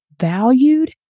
valued